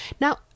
Now